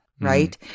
right